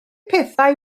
pethau